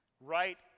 Right